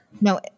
No